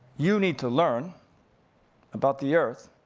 you need to learn about the earth,